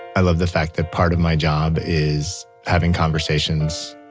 i love the fact that part of my job is having conversations,